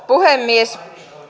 puhemies